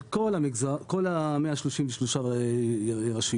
של כל המגזר כל 133 הרשויות